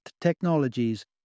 technologies